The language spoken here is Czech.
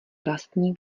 vlastní